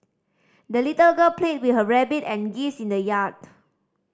the little girl played with her rabbit and geese in the yard